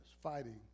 fighting